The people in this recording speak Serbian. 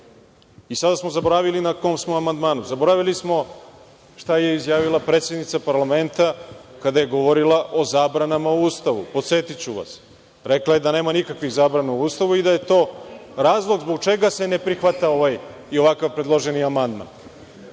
Sada smo zaboravili na kom smo amandmanu. Zaboravili smo šta je izjavila predsednica parlamenta kada je govorila o zabranama u Ustavu. Podsetiću vas, rekla je da nema nikakvih zabrana u Ustavu i da je to razlog zbog čega se ne prihvata ovaj i ovako predložen amandman.